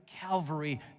calvary